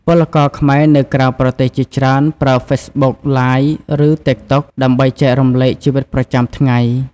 ពលករខ្មែរនៅក្រៅប្រទេសជាច្រើនប្រើ Facebook Live ឬ TikTok ដើម្បីចែករំលែកជីវិតប្រចាំថ្ងៃ។